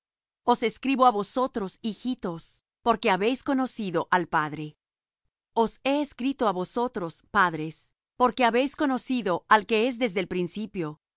os escribo á vosotros hijitos porque habéis conocido al padre os he escrito á vosotros padres porque habéis conocido al que es desde el principio